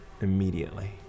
immediately